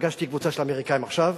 פגשתי קבוצה של אמריקנים עכשיו,